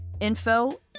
info